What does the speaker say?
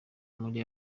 muri